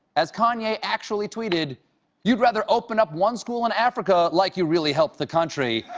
as kanye actual he tweeted you'd rather open up one school in africa like you really helped the country.